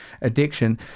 addiction